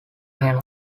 henan